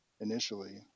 initially